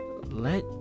let